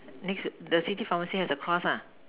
next to the city pharmacy has a cross lah